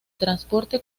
transporte